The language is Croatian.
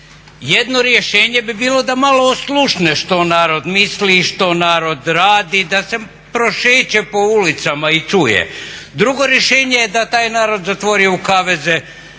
Jedno rješenje bi bilo da malo oslušne što narod misli i što narod radi, da se prošeće po ulicama i čuje. Drugo rješenje je da taj narod zatvori u kaveze